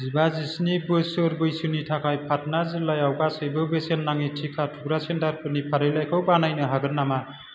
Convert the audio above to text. जिबा जिस्नि बोसोर बैसोनि थाखाय पाटना जिल्लायाव गासैबो बेसेन नाङि टिका थुग्रा सेन्टारफोरनि फारिलाइखौ बानायनो हागोन नामा